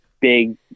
big